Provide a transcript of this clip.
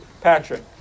Patrick